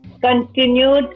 continued